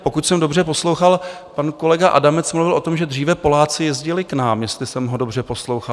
Pokud jsem dobře poslouchal, pan kolega Adamec mluvil o tom, že dříve Poláci jezdili k nám, jestli jsem ho dobře poslouchal.